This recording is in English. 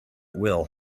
will